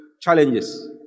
challenges